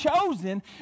chosen